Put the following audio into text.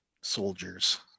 soldiers